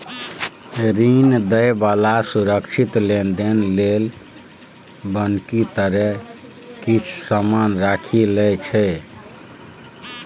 ऋण दइ बला सुरक्षित लेनदेन लेल बन्हकी तरे किछ समान राखि लइ छै